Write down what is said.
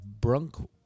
Brunk